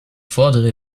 fordere